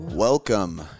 Welcome